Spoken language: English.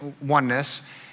oneness